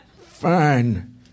Fine